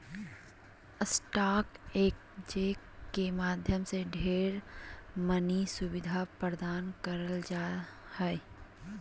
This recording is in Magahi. स्टाक एक्स्चेंज के माध्यम से ढेर मनी सुविधा प्रदान करल जा हय